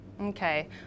Okay